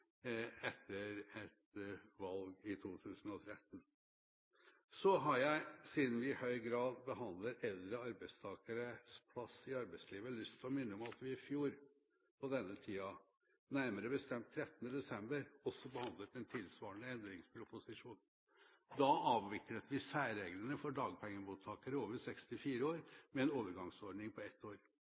etter valget i 2013. Så har jeg, siden vi i høy grad behandler eldre arbeidstakeres plass i arbeidslivet, lyst til å minne om at vi i fjor på denne tida, nærmere bestemt 13. desember, også behandlet en tilsvarende endringsproposisjon. Da avviklet vi særreglene for dagpengemottakere over 64 år med en overgangsordning på ett år.